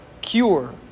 cure